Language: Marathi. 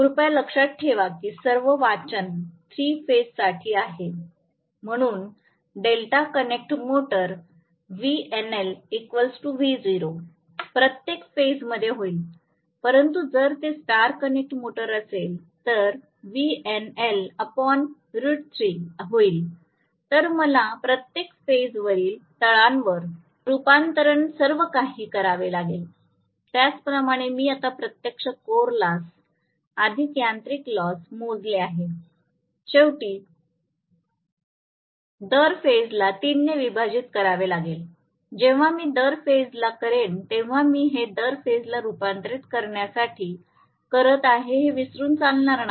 कृपया लक्षात ठेवा की सर्व वाचन थ्री फेज साठी आहे म्हणून delta connected motor VNL V0 प्रत्येक फेज मध्ये होईल परंतु जर ते स्टार कनेक्ट मोटर असेल तर होईल तर मला प्रत्येक फेजवरील तळांवर रूपांतरण सर्वकाही करावे लागेल त्याचप्रमाणे मी आता प्रत्यक्ष कोअर लॉस अधिक यांत्रिक लॉस मोजले आहे शेवटी दर फेज ला ३ ने विभाजित करावे लागेल जेव्हा मी दर फेज ला करेन तेव्हा मी हे दर फेजला रूपांतरित करण्यासाठी करत आहे हे विसरून चालणार नाही